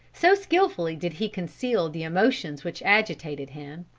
so skilfully did he conceal the emotions which agitated him,